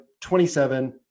27